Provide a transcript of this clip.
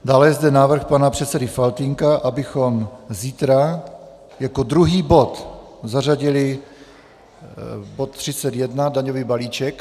Dále je zde návrh pana předsedy Faltýnka, abychom zítra jako druhý bod zařadili bod 31 daňový balíček.